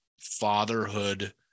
fatherhood